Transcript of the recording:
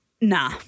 Nah